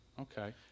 okay